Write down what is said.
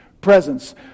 presence